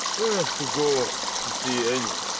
have to go and see enya.